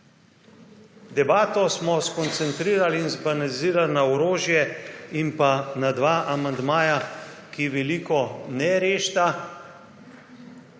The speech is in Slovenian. Debato smo skoncentrirali in zbanalizirali na orožje in pa na dva amandmaja, ki veliko ne rešita.